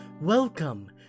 Welcome